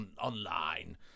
online